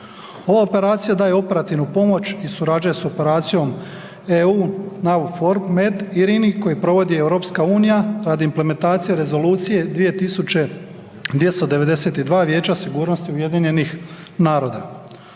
Ova operacija daje operativnu pomoć i surađuje sa operacijom „EUNAVFOR MED IRINI“ koji provodi EU radi implementacije rezolucije 2292 Vijeća sigurnosti UN-a.